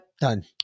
Done